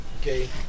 okay